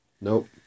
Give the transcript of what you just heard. Nope